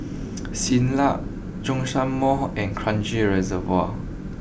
Siglap Zhongshan Mall and Kranji Reservoir